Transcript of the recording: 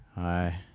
Hi